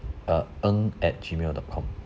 uh ng at G mail dot com